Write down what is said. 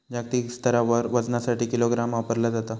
जागतिक स्तरावर वजनासाठी किलोग्राम वापरला जाता